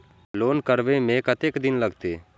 Loan करबे में कतेक दिन लागते?